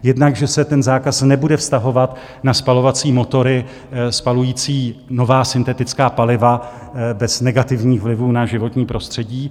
Jednak že se ten zákaz nebude vztahovat na spalovací motory spalující nová syntetická paliva bez negativních vlivů na životní prostředí.